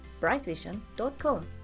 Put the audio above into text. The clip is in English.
brightvision.com